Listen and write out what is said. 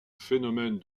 phénomène